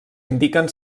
indiquen